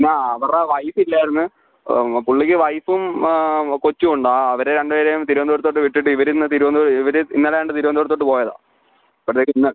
ആ ആവരുടെ വൈഫ് ഇല്ലായിരുന്നു പുള്ളിക്ക് വൈഫും ആ കൊച്ചും ഉണ്ട് ആ അവരെ രണ്ട് പേരെയും തിരുവനന്തപുരത്തോട്ട് വിട്ടിട്ട് ഇവർ ഇന്ന് തിരുവനന്തപുരം ഇവർ ഇന്നലെ എങ്ങാണ്ട് തിരുവനന്തപുരത്തോട്ട് പോയതാണ് അപ്പോഴത്തേക്ക് ഇന്ന്